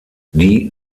die